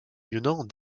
lieutenant